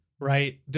right